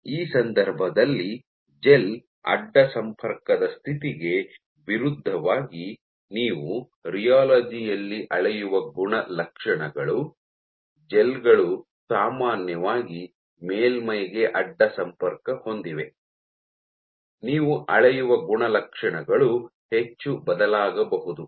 ಈ ಸಂದರ್ಭದಲ್ಲಿ ಜೆಲ್ ಅಡ್ಡ ಸಂಪರ್ಕದ ಸ್ಥಿತಿಗೆ ವಿರುದ್ಧವಾಗಿ ನೀವು ರಿಯಾಲೊಜಿ ಯಲ್ಲಿ ಅಳೆಯುವ ಗುಣಲಕ್ಷಣಗಳು ಜೆಲ್ಗಳು ಸಾಮಾನ್ಯವಾಗಿ ಮೇಲ್ಮೈಗೆ ಅಡ್ಡ ಸಂಪರ್ಕ ಹೊಂದಿವೆ ನೀವು ಅಳೆಯುವ ಗುಣಲಕ್ಷಣಗಳು ಹೆಚ್ಚು ಬದಲಾಗಬಹುದು